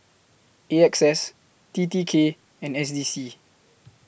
A X S T T K and S D C